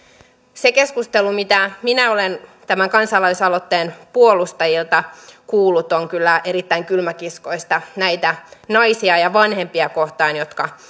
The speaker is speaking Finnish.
se keskustelu mitä minä olen tämän kansalaisaloitteen puolustajilta kuullut on kyllä erittäin kylmäkiskoista näitä naisia ja vanhempia kohtaan jotka